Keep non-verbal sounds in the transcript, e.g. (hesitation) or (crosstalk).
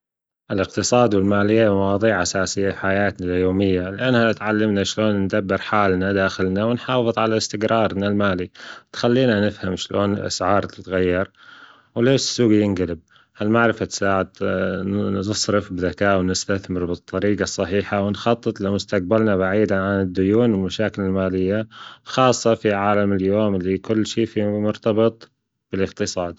الإقتصاد والمالية مواضيع أساسية في حياتنا اليومية، لأنها تعلمنا شلون ندبر حالنا داخلنا ونحافظ على إستقرارنا المالي، وتخلينا نفهم شلون الأسعار تتغير، وليش السوق ينقلب؟ المعرفة تساعد (hesitation) نصرف بذكاء ونستثمر بالطريجة الصحيحة ونخطط لمستجبلنا بعيدا عن الديون والمشاكل المالية خاصة في عالم اليوم اللي كل شي فيهم مرتبط بالإقتصاد.